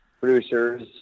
producers